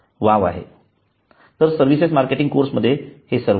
तर सर्व्हिसेस मार्केटिंगच्या कोर्समध्ये हे सर्व आहे